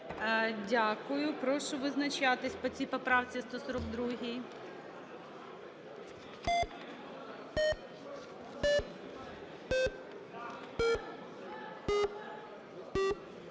Дякую. Прошу визначатись по цій поправці, 142-й.